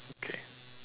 okay